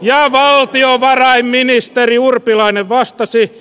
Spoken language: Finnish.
ja valtiovarainministeri urpilainen vastasi